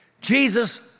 Jesus